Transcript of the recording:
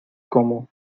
como